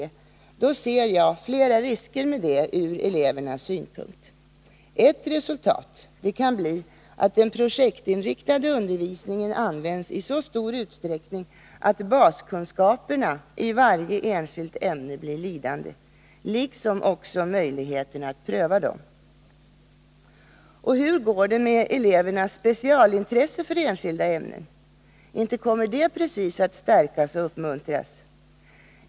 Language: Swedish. ser jag flera risker med det. Ett resultat kan bli att den projektinriktade undervisningen används i så stor utsträckning att baskunskaperna i varje enskilt ämne blir lidande liksom också m igheterna att pröva dem. Och hur går det med elevernas specialintresse för enskilda ämnen? Inte kommer det att stärkas och uppmuntras!